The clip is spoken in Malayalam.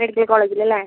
മെഡിക്കൽ കോളേജിൽ അല്ലേ